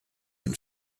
and